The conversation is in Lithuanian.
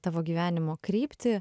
tavo gyvenimo kryptį